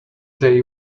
they